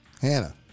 Hannah